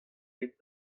aet